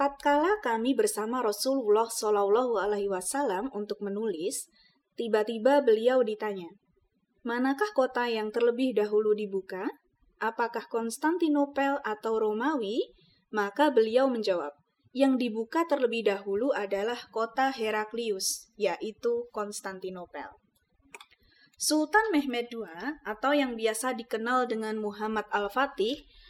Tatkala kami bersama Rasulullah SAW untuk menulis, tiba-tiba beliau ditanya, "Manakah kota yang terlebih dahulu dibuka? Apakah Konstantinopel atau Romawi?" Maka beliau menjawab, "Yang dibuka terlebih dahulu adalah kota Heraklius, yaitu Konstantinopel." Sultan Mehmed II atau yang biasa dikenal dengan Muhammad Al-Fatih